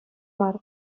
мар